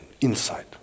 Insight